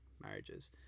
marriages